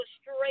straight